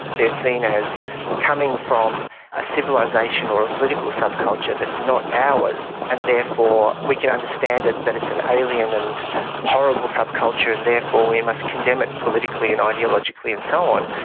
they're seen as coming from a civilisation or a political subculture that's not ours and therefore we can understand it that it's an alien and horrible subculture and therefore we must condemn it politically and ideologically and so on.